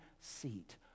seat